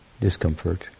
discomfort